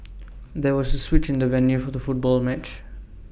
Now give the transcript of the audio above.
there was A switch in the venue for the football match